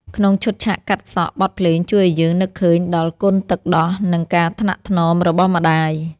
ក្នុងឈុតឆាកកាត់សក់ បទភ្លេងជួយឱ្យយើងនឹកឃើញដល់គុណទឹកដោះ និងការថ្នាក់ថ្នមរបស់ម្ដាយ។